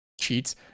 Cheats